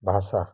भाषा